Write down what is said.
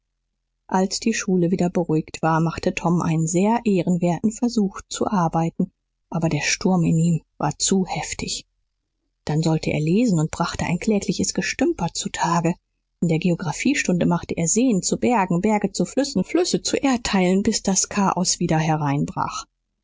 als die schule wieder beruhigt war machte tom einen sehr ehrenwerten versuch zu arbeiten aber der sturm in ihm war zu heftig dann sollte er lesen und brachte ein klägliches gestümper zu tage in der geographiestunde machte er seen zu bergen berge zu flüssen flüsse zu erdteilen bis das chaos wieder hereinbrach